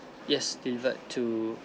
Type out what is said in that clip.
yes delivered to